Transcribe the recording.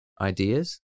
ideas